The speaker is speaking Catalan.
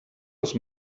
als